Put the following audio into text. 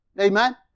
Amen